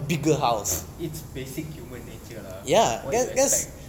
it's basic human nature lah what you expect